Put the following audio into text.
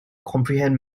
comprehend